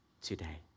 today